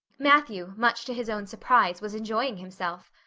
matthew, much to his own surprise, was enjoying himself.